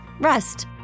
Rest